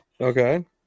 Okay